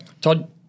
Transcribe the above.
Todd